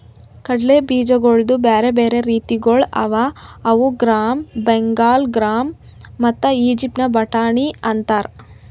ಕಡಲೆ ಬೀಜಗೊಳ್ದು ಬ್ಯಾರೆ ಬ್ಯಾರೆ ರೀತಿಗೊಳ್ ಅವಾ ಅವು ಗ್ರಾಮ್, ಬೆಂಗಾಲ್ ಗ್ರಾಮ್ ಮತ್ತ ಈಜಿಪ್ಟಿನ ಬಟಾಣಿ ಅಂತಾರ್